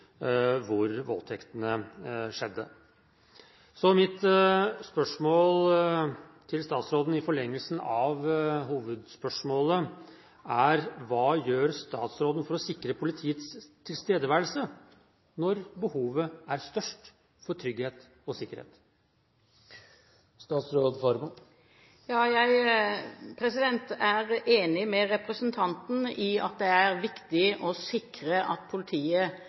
voldtektene skjedde. Så mitt spørsmål til statsråden – i forlengelsen av hovedspørsmålet – er: Hva gjør statsråden for å sikre politiets tilstedeværelse når behovet for trygghet og sikkerhet er størst? Jeg er enig med representanten i at det er viktig å sikre at politiet